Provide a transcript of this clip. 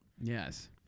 Yes